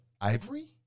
ivory